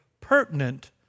pertinent